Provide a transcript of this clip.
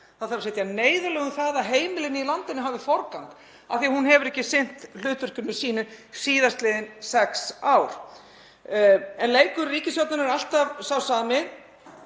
Það þarf að setja neyðarlög um að heimilin í landinu hafi forgang af því að hún hefur ekki sinnt hlutverki sínu síðastliðin sex ár. En leikur ríkisstjórnarinnar er alltaf sá sami.